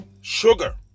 sugar